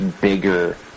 bigger